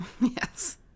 Yes